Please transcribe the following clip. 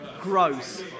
gross